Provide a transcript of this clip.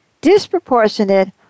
disproportionate